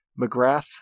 McGrath